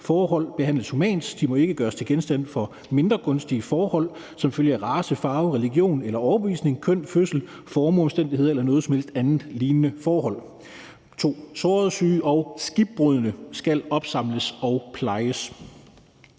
forhold behandles humant. De må ikke gøres til genstand for mindre gunstig behandling som følge af race, farve, religion eller overbevisning, køn, fødsel, formueomstændigheder eller noget som helst andet lignende forhold ... 2) Sårede, syge og skibbrudne skal opsamles og plejes.«